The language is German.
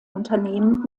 unternehmen